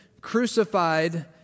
crucified